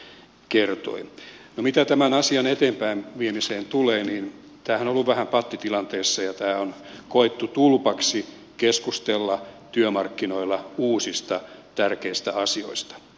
no mitä tämän asian eteenpäin viemiseen tulee niin tämähän on ollut vähän pattitilanteessa ja tämä on koettu tulpaksi keskusteltaessa työmarkkinoilla uusista tärkeistä asioista